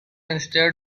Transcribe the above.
instead